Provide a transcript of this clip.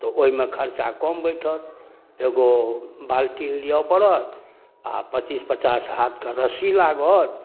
तऽ ओइमे खर्चा कम बैठत एगो बाल्टीन लिऽ पड़त आओर पचीस पचास हाथके रस्सी लागत